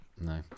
No